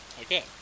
Okay